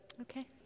Okay